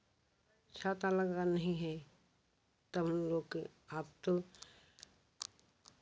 छाता लगा नहीं है तब हम लोग के आप तो